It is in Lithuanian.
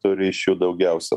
tų ryšių daugiausia